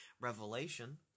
Revelation